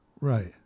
Right